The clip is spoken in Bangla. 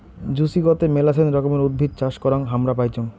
জুচিকতে মেলাছেন রকমের উদ্ভিদ চাষ করাং হামরা পাইচুঙ